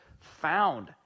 found